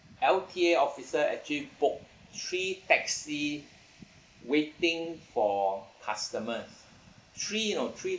L_T_A officer actually poked three taxi waiting for customers three you know three